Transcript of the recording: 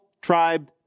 tribe